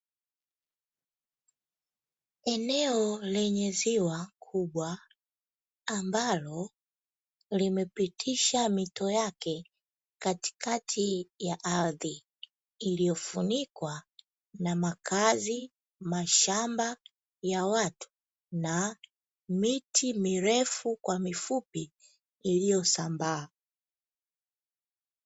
Eneo lenye ziwa kubwa ambalo limepitisha mito yake katikati ya ardhi, iliyofunikwa na makazi, mashamba ya watu na miti mirefu kwa mifupi iliyo sambaa.